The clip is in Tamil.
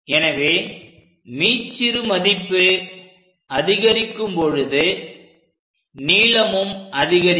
எனவே மீச்சிறு மதிப்பு அதிகரிக்கும் பொழுது நீளமும் அதிகரிக்கும்